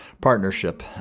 partnership